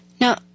Now